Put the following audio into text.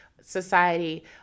society